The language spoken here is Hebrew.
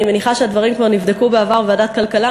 אני מניחה שהדברים כבר נבדקו בעבר בוועדת הכלכלה.